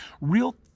Real